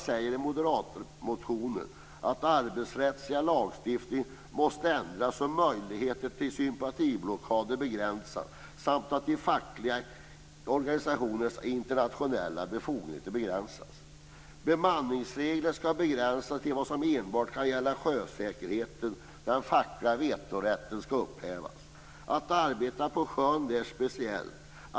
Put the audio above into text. I moderatmotionen sägs det att den arbetsrättsliga lagstiftningen måste ändras så att möjligheter till sympatiblockader begränsas samt att de fackliga organisationernas internationella befogenheter begränsas. Bemanningsregler skall begränsas till att enbart gälla sjösäkerheten. Den fackliga vetorätten skall upphävas. Att arbeta på sjön är speciellt.